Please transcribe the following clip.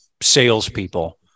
salespeople